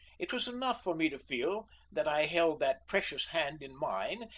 it was enough for me to feel that i held that precious hand in mine,